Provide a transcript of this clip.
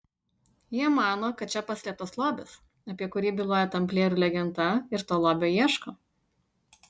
jie mano kad čia paslėptas lobis apie kurį byloja tamplierių legenda ir to lobio ieško